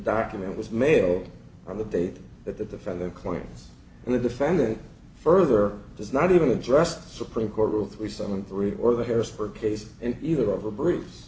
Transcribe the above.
document was mailed on the day that the defendant claims and the defendant further does not even address the supreme court of three seven three or the harrisburg case in either of a breeze